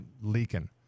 leaking